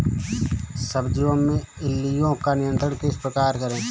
सब्जियों में इल्लियो का नियंत्रण किस प्रकार करें?